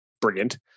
brilliant